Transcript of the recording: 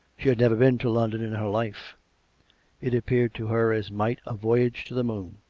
she had never been to london in her life it appeared to her as might a voyage to the moon.